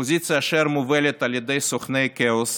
אופוזיציה אשר מובלת על ידי סוכני כאוס,